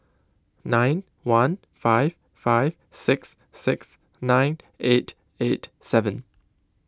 nine one five five six six nine eight eight seven